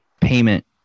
Payment